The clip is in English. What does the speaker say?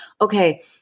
okay